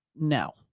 No